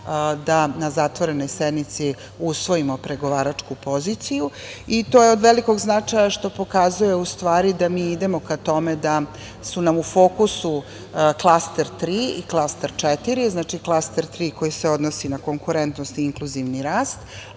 da na zatvorenoj sednici usvojimo pregovaračku poziciju, i to je od velikog značaja, što pokazuje da mi ustvari idemo ka tome da su nam u fokusu klaster 3 i klaster 4, koji se odnosi na konkurentnost i inkluzivni rast,